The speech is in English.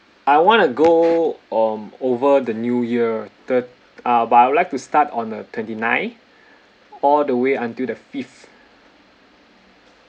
I want to go um over the new year the uh but I'd like to start on a twenty-ninth all the way until the fifth